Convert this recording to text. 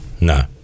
No